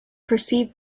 perceived